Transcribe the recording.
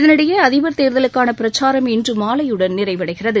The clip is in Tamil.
இதளிடையே அதிபர் தேர்தலுக்கான பிரச்சாரம் இன்று மாலையுடன் நிறைவடைகிறது